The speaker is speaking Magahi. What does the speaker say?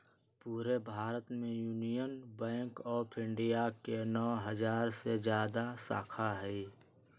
पूरे भारत में यूनियन बैंक ऑफ इंडिया के नौ हजार से जादा शाखा हई